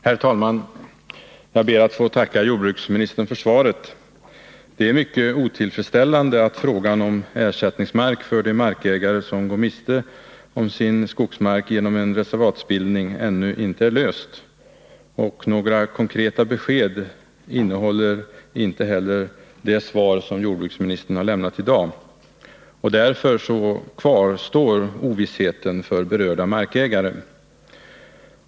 Herr talman! Jag ber att få tacka jordbruksministern för svaret. Det är mycket otillfredsställande att frågan om ersättningsmark för de markägare som går miste om sin skogsmark genom en reservatsbildning ännu inte är löst. Och några konkreta besked innehåller inte heller det svar som jordbruksministern lämnat i dag. Därför kvarstår ovissheten för berörda markägare.